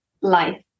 life